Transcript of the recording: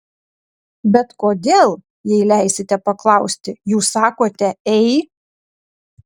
bet kodėl jei leisite paklausti jūs sakote ei